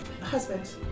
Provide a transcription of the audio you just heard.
Husband